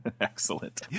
Excellent